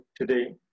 today